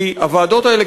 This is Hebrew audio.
כי הוועדות האלה,